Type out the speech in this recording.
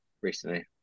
recently